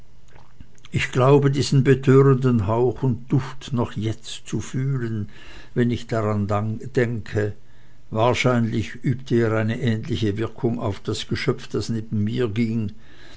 ich glaube diesen betörenden hauch und duft noch jetzt zu fühlen wenn ich daran denke wahrscheinlich übte er eine ähnliche wirkung auf das geschöpf das neben mir ging